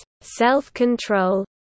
self-control